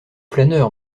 flâneur